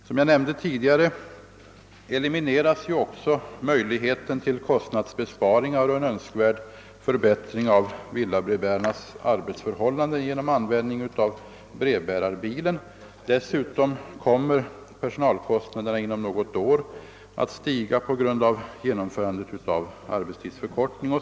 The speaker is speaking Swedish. Som jag nämnde tidigare elimineras då också möjligheten till kostnadsbesparingar och en önskvärd förbättring av villabrevbärarnas arbetsförhållanden <genom användning av brevbärarbilen. Dessutom kommer personalkostnaderna om något år att stiga på grund av genomförandet av arbetstidsförkortningen.